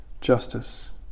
justice